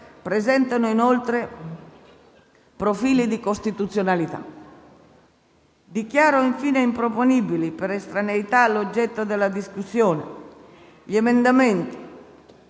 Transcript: presentano inoltre profili di incostituzionalità. Dichiaro infine improponibili per estraneità all'oggetto della discussione gli emendamenti